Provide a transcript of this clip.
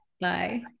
Bye